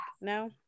No